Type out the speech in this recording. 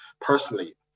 personally